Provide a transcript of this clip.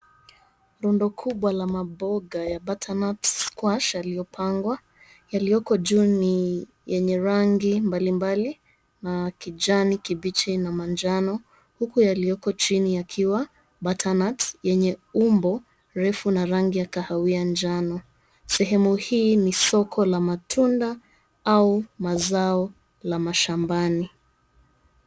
Rundo kubwa la maboga ya butternut squash yaliyopangwa. Yaliyoko juu ni yenye rangi mbalimbali na kijani kibichi na manjano huku yaliyoko chini yakiwa butternut yenye umbo refu na rangi ya kahawia njano. Sehemu hii ni soko la matunda au mazao la mashambani.